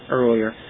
earlier